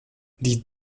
die